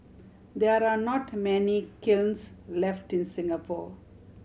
there are not many kilns left in Singapore